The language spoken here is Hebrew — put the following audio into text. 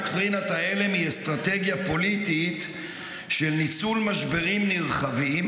דוקטרינת ההלם היא אסטרטגיה פוליטית של ניצול משברים נרחבים